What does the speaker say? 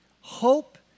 Hope